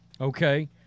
Okay